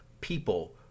people